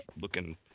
looking